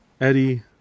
Eddie